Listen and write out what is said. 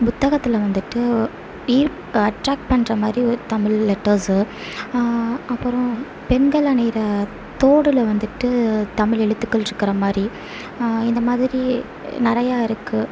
புத்தகத்தில் வந்துட்டு ஈர்ப் அட்ராக் பண்ணுற மாதிரி தமிழ் லெட்டர்ஸ் அப்பறம் பெண்கள் அணிகிற தோட்டுல வந்துட்டு தமிழ் எழுத்துக்கள் இருக்கிறமாதிரி இந்தமாதிரி நிறையா இருக்குது